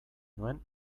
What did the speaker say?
nuen